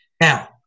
now